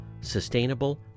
sustainable